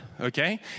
okay